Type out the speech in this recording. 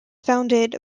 founded